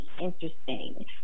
interesting